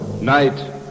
Night